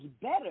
better